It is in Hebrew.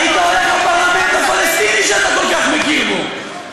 היית הולך לפרלמנט הפלסטיני שאתה כל כך מכיר בו.